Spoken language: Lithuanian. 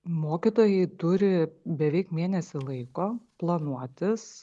mokytojai turi beveik mėnesį laiko planuotis